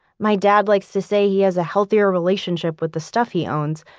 my dad likes to say he has a healthier relationship with the stuff he owns,